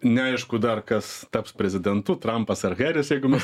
neaišku dar kas taps prezidentu trampas ar hėris jeigu mes